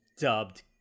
dubbed